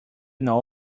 know